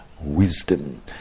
wisdom